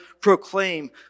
proclaim